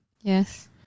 Yes